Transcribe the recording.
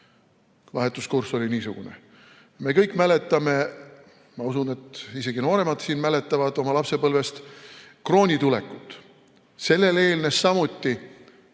Vahetuskurss oli niisugune. Me kõik mäletame, ma usun, et isegi nooremad siin mäletavad oma lapsepõlvest krooni tulekut. Sellele eelnes samuti